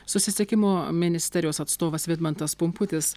susisiekimo ministerijos atstovas vidmantas pumputis